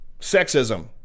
sexism